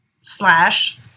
slash